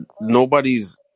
nobody's